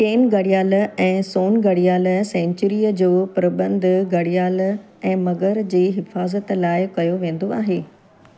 केन घड़ियाल ऐं सोन घड़ियाल सैंचुरीअ जो प्रॿंधु घड़ियाल ऐं मगर जी हिफ़ाज़त लाइ कयो वेंदो आहे